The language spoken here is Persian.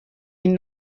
این